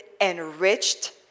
enriched